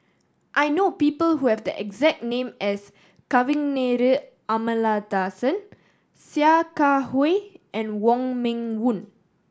I know people who have the exact name as Kavignareru Amallathasan Sia Kah Hui and Wong Meng Voon